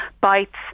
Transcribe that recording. bites